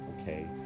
okay